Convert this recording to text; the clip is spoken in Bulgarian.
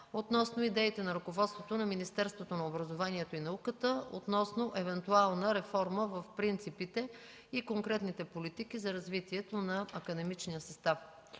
относно идеите на ръководството на Министерството на образованието и науката относно евентуална реформа в принципите и конкретните политики за развитието на академичния състав.